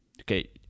Okay